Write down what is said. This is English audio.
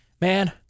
man